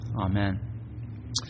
Amen